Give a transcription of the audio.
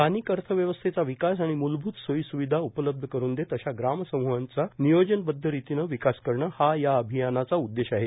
स्थानिक अर्थव्यवस्थेचा विकास आणि मूलभूत सोयीस्विधा उपलब्ध करून देत अशा ग्रामसमूहांचा नियोजबद्धरितीनं विकास करणं हा या अभियानाचा उददेश आहे